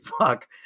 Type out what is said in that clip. fuck